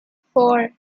four